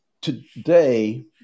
today